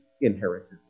inheritance